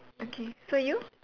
okay so you